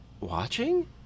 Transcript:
watching